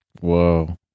Whoa